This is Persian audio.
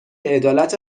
عدالت